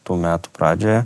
tų metų pradžioje